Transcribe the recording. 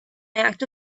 act